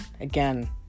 Again